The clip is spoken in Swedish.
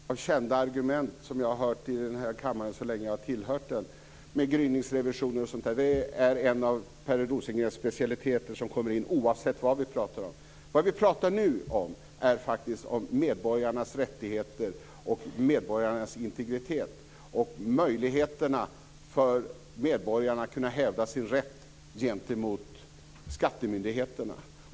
Herr talman! Denna kanonad av kända argument har jag hört i denna kammare så länge jag har tillhört den. Gryningsrevisioner är en av Per Rosengrens specialiteter som kommer in i sammanhanget, oavsett vad vi talar om. Vad vi nu talar om är faktiskt medborgarnas rättigheter, deras integritet och möjligheter att hävda sin rätt gentemot skattemyndigheterna.